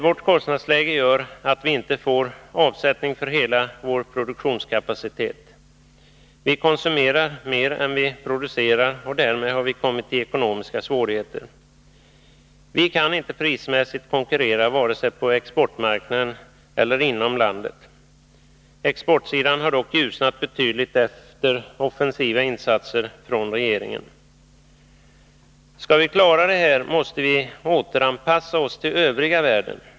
Vårt kostnadsläge medför att vi inte får avsättning för hela vår produktionskapacitet. Vi konsumerar mer än vi producerar, och därmed har vi kommit i ekonomiska svårigheter. Vi kan inte prismässigt konkurrera vare sig på exportmarknaden eller inom landet. På exportsidan har det dock ljusnat betydligt efter offensiva insatser från regeringen. Skall vi klara av våra problem, måste vi återanpassa oss till övriga världen.